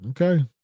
okay